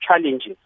challenges